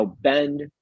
bend